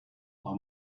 how